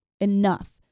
enough